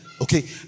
Okay